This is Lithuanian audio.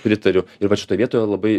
pritariu ir vat šitoj vietoje labai